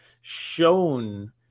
shown